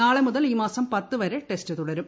നാളെ മുതൽ ഈ മാസം പത്തുവരെ ടെസ്റ്റ് തുടരും